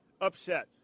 upset